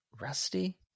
Rusty